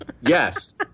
Yes